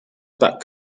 back